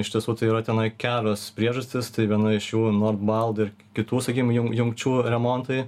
iš tiesų tai yra tenai kelios priežastys tai viena iš jų nord bald ir kitų sakym jungčių remontai